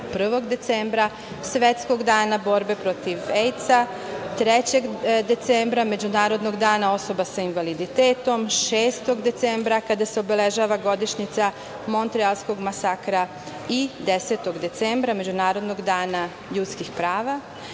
1. decembra, Svetski dan borbe protiv AIDS-a, 3. decembra, Međunarodnog dana osoba sa invaliditetom, 6. decembra, kada se obeležava godišnjica Montrealskog masakra i 10. decembra, Međunarodnog dana ljudskih